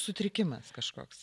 sutrikimas kažkoks